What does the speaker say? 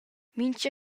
mincha